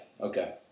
Okay